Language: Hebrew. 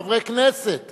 חברי הכנסת